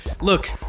Look